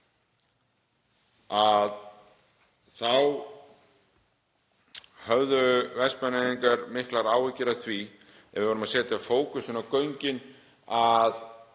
Þá höfðu Vestmannaeyingar miklar áhyggjur af því að ef við værum að setja fókusinn á göng þá